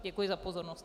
Děkuji za pozornost.